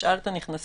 ישאל את הנכנסים,